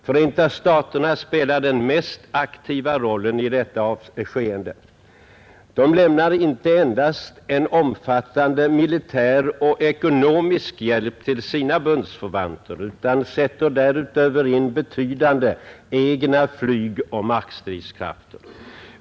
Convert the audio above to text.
Förenta staterna spelar den mest aktiva rollen i detta skeende. De lämnar inte endast en omfattande militär och ekonomisk hjälp till sina bundsförvanter utan sätter därutöver in betydande egna flygoch markstridskrafter.